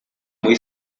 muy